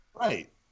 right